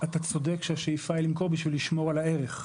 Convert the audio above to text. אתה צודק שהשאיפה היא למכור, כדי לשמור על הערך.